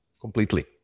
completely